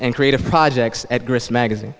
and creative projects at grist magazine